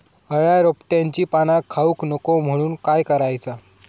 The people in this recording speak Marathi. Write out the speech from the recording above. अळ्या रोपट्यांची पाना खाऊक नको म्हणून काय करायचा?